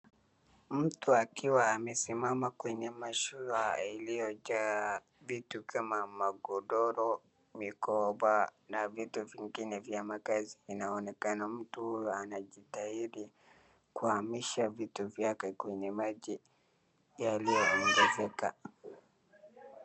Mtu akiwa amesimama kwenye mashua iliyojaa vitu kama magodoro, mikoba na vitu vingine vya makazi vinaonekana. Mtu huyu anajitahidi kuhamisha vitu vyake kwenye maji yaliyoongezeka.